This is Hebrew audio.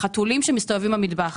"חתולים שמסתובבים במטבח,